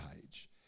page